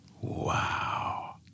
Wow